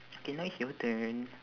okay now it's your turn